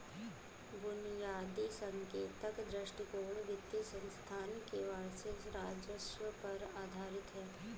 बुनियादी संकेतक दृष्टिकोण वित्तीय संस्थान के वार्षिक राजस्व पर आधारित है